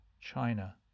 China